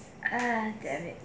uh damn it